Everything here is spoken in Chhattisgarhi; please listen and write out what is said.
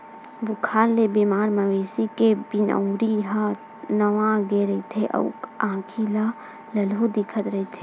बुखार ले बेमार मवेशी के बिनउरी ह नव गे रहिथे अउ आँखी ह ललहूँ दिखत रहिथे